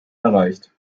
erreicht